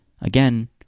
again